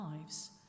lives